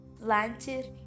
Planted